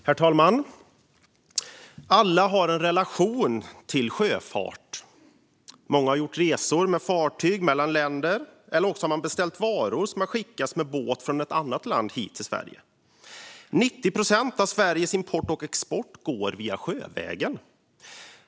Herr talman! Alla har en relation till sjöfart. Många har gjort resor med fartyg mellan länder eller beställt varor som skickats med båt till Sverige från ett annat land. Hela 90 procent av Sveriges import och export går sjövägen.